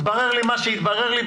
התברר לי מה שהתברר לי,